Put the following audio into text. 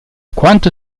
quanto